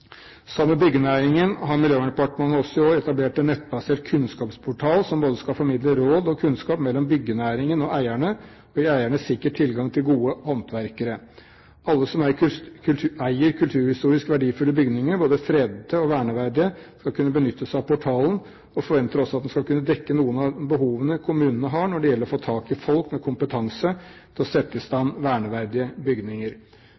Sammen med byggenæringen har Miljøverndepartementet også i år etablert en nettbasert kunnskapsportal som både skal formidle råd og kunnskap mellom byggenæringen og eierne, og gi eierne sikker tilgang til gode håndverkere. Alle som eier kulturhistorisk verdifulle bygninger, både fredede og verneverdige, skal kunne benytte seg av portalen, og vi forventer også at den skal kunne dekke noen av behovene kommunene har når det gjelder å få tak i folk med kompetanse til å sette i stand verneverdige bygninger.